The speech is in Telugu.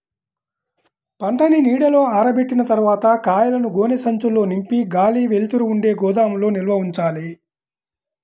పంటని నీడలో ఆరబెట్టిన తర్వాత కాయలను గోనె సంచుల్లో నింపి గాలి, వెలుతురు ఉండే గోదాముల్లో నిల్వ ఉంచాలి